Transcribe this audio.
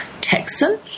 Texan